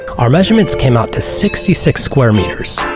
our measurements came out to sixty six square meters.